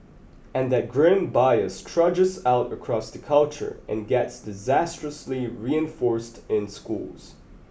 and that grim bias trudges out across the culture and gets disastrously reinforced in schools